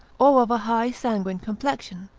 or of a high sanguine complexion,